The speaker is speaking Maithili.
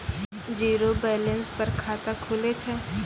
जीरो बैलेंस पर खाता खुले छै?